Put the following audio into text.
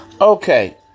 Okay